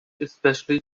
especially